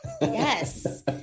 Yes